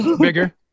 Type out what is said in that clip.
bigger